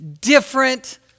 different